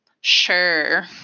sure